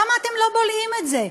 למה אתם לא בולעים את זה?